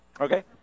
Okay